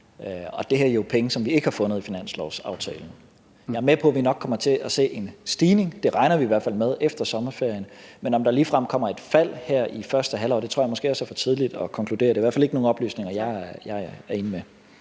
og det er jo penge, som vi ikke har fundet i finanslovsaftalen. Jeg er med på, at vi nok kommer til at se en stigning efter sommerferien – det regner vi i hvert fald med – men om der ligefrem kommer et fald her i det første halvår, tror jeg måske også er for tidligt at konkludere; det er i hvert fald ikke nogle oplysninger, jeg sidder inde med.